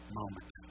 moment